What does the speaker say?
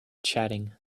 chatting